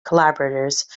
collaborators